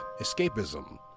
escapism